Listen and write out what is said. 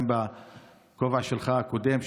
גם בכובע הקודם שלך,